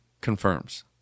confirms